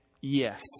yes